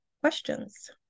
questions